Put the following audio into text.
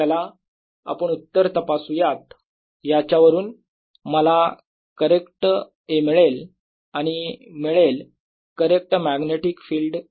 चला आपण उत्तर तपासुयात याच्यावरून मला करेक्ट A मिळेल आणि मिळेल करेक्ट मॅग्नेटिक फिल्ड B